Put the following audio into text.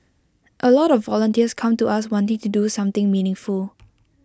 A lot of volunteers come to us wanting to do something meaningful